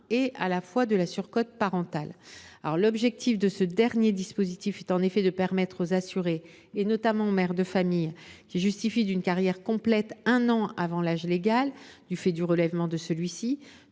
et de la surcote parentale. L’objectif de ce dernier dispositif est, en effet, de permettre aux assurés, notamment aux mères de famille qui justifient d’une carrière complète un an avant l’âge légal de départ à la retraite, du fait